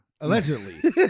Allegedly